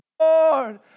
Lord